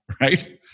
right